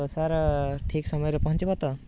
ଆଉ ସାର୍ ଠିକ୍ ସମୟରେ ପହଞ୍ଚିବ ତ